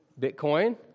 Bitcoin